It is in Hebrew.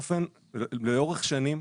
לאורך שנים,